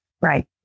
Right